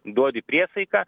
duodi priesaiką